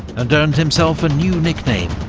and earned himself a new nickname,